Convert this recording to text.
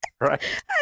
right